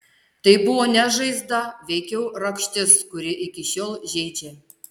tai buvo ne žaizda veikiau rakštis kuri iki šiol žeidžia